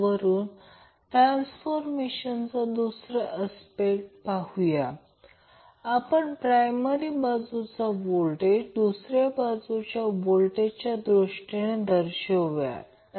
तर resonance frequency संपूर्ण सर्किटचा Q आणि कॉइल 1 चे Q आणि कॉइल 2 चे Q वैयक्तिकरित्या शोधा